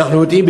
ואנחנו יודעים,